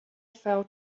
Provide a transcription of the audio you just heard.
fell